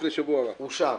אושר.